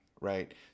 right